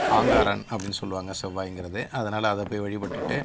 ஆங்காரன் அப்படின்னு சொல்வாங்க செவ்வாய்ங்கிறது அதனால் அதை போய் வழிபட்டுவிட்டு